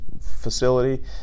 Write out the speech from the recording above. facility